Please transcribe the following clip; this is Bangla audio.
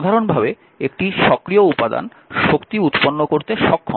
সাধারণভাবে একটি সক্রিয় উপাদান শক্তি উৎপন্ন করতে সক্ষম